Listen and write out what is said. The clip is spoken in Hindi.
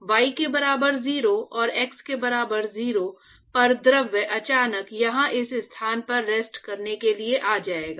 y के बराबर 0 और x के बराबर 0 पर द्रव अचानक यहां इस स्थान पर रेस्ट करने के लिए आ जाएगा